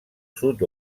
sud